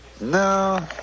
No